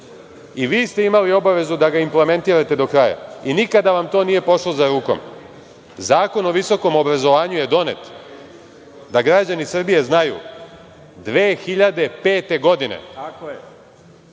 i vi ste imali obavezu da ga implementirate do kraja. Nikada vam to nije pošlo za rukom. Zakon o visokom obrazovanju je donet, da građani Srbije znaju, 2005. godine. Za šta